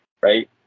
right